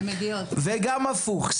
וגם להיפך,